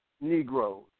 Negroes